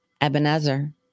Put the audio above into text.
Ebenezer